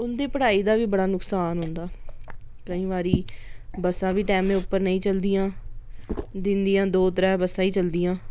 उं'दी पढाई दा नुक्सान होंदा केईं बारी बस्सां बी टैमे उप्पर नेईं चलदियां दिन दियां दो त्रै बस्सां गै चलदियां